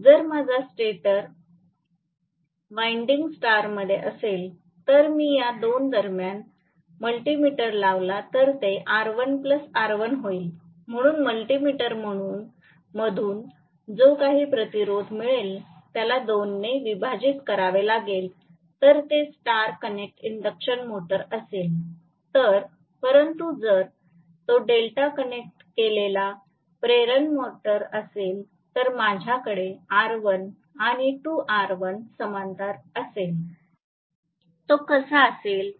जर माझा stator winding star मध्ये असेल आणि मी या 2 दरम्यान मल्टी मीटर लावला तर ते R1 R1 होईल म्हणून मल्टी मीटर मधून जो काही प्रतिरोध मिळेल त्याला 2 ने विभाजित करावे लागेल जर ते स्टार कनेक्ट इंडक्शन मोटर असेल तर परंतु जर तो डेल्टा कनेक्ट केलेला प्रेरण मोटर असेल तर माझ्याकडे R1 आणि 2 R1 समांतर असेल तो कसा असेल